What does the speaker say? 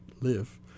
live